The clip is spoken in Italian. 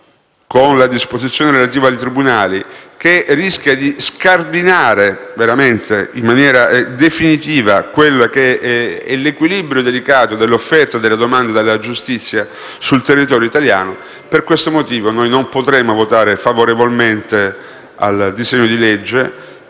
con la disposizione relativa ai tribunali, che rischia di scardinare in maniera definitiva l'equilibrio delicato dell'offerta e della domanda di giustizia sul territorio italiano e per questo motivo noi non potremo votare favorevolmente il disegno di legge